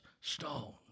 stone